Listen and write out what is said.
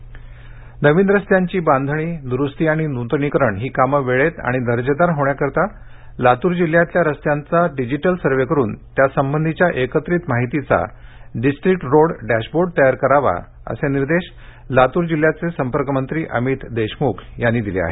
बातूर dashboard Asit Deshmukh नवीन रस्त्यांची बांधणी दुरूस्ती आणि नुतनीकरण ही कामे वेळेत आणि दर्जेदार होणेसाठी लातूर जिल्हयातल्या रस्त्यांचा डिजिटल सर्व्हे करून त्यासंबंधीच्या एकत्रित माहितीचा डिस्ट्रिक्ट रोड डॅशबोर्ड तयार करावा असे निर्देश लातूर जिल्ह्याचे पालकमंत्री अमित देशम्ख यांनी दिले आहेत